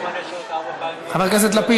גם ההצעה הזאת התקבלה,